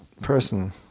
person